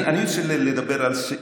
אני רוצה לדבר על סעיף,